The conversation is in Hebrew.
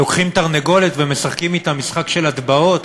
לוקחים תרנגולת ומשחקים אתה משחק של הטבעות,